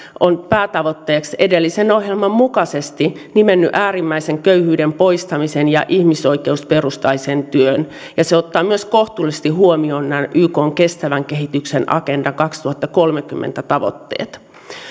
on päätavoitteeksi edellisen ohjelman mukaisesti nimennyt äärimmäisen köyhyyden poistamisen ja ihmisoikeusperustaisen työn ja se ottaa myös kohtuullisesti huomioon nämä ykn kestävän kehityksen agenda kaksituhattakolmekymmentän tavoitteet